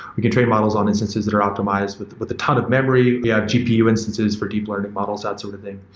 we can train models on instances that are optimized with with a ton of memory. we have gpu instances for deep learning models, that sort of thing.